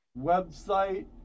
website